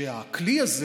שהכלי הזה